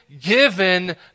given